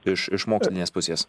iš iš mokslinės pusės